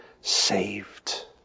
saved